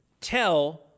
tell